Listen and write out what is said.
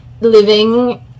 living